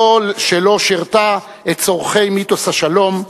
זו שלא שירתה את צורכי "מיתוס השלום",